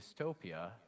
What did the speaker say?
dystopia